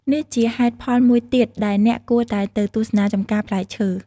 នេះជាហេតុផលមួយទៀតដែលអ្នកគួរតែទៅទស្សនាចម្ការផ្លែឈើ។